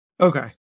Okay